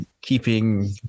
keeping